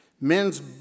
Men's